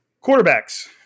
quarterbacks